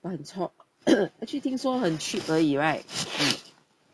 !wah! 很 actually 听说很 cheap 而以 right